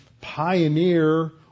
pioneer